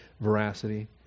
veracity